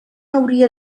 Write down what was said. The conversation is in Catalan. hauria